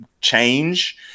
change